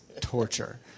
torture